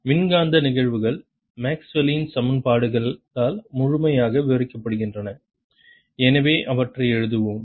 மின்காந்த நிகழ்வுகள் மேக்ஸ்வெல்லின் Maxwells சமன்பாடுகளால் முழுமையாக விவரிக்கப்படுகின்றன எனவே அவற்றை எழுதுவோம்